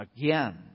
again